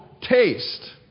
taste